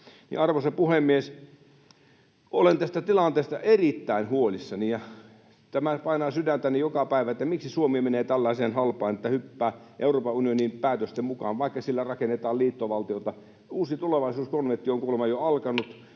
Arvoisa puhemies! Olen tästä tilanteesta erittäin huolissani, ja tämä painaa sydäntäni joka päivä, miksi Suomi menee tällaiseen halpaan, että hyppää Euroopan unionin päätösten mukaan, vaikka siellä rakennetaan liittovaltiota. Uusi tulevaisuuskonventti on kuulemma jo alkanut,